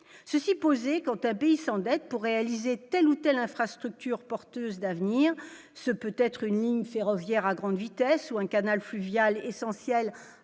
ceci posé, quand un pays s'endette pour réaliser telle ou telle infrastructure porteuse d'avenir, ce peut-être une ligne ferroviaire à grande vitesse ou un canal fluvial essentiel